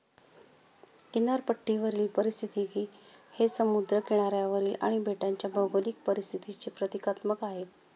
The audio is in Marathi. किनारपट्टीवरील पारिस्थितिकी हे समुद्र किनाऱ्यावरील आणि बेटांच्या भौगोलिक परिस्थितीचे प्रतीकात्मक आहे